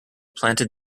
planted